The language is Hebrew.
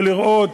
ולראות